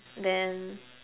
then